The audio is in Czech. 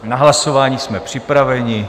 Na hlasování jsme připraveni.